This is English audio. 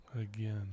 Again